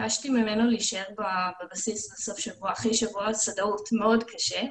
וביקשתי ממנו להשאר בבסיס בסוף שבוע אחרי שבוע שדאות מאוד קשה,